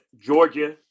Georgia